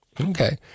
Okay